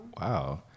Wow